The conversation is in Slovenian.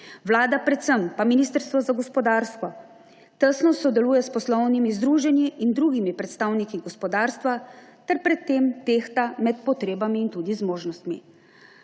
Vlada, predvsem pa Ministrstvo za gospodarstvo tesno sodeluje s poslovnimi združenji in drugimi predstavniki gospodarstva ter pred tem tehta med potrebami in tudi zmožnostmi.